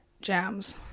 jams